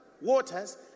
waters